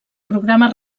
programa